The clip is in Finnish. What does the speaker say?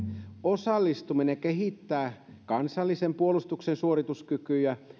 osallistuminen kehittää kansallisen puolustuksen suorituskykyä